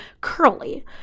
curly